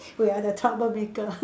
we are the troublemaker